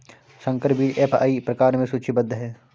संकर बीज एफ.आई प्रकार में सूचीबद्ध है